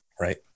Right